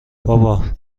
بابا